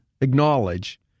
acknowledge